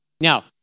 Now